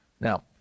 Now